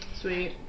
Sweet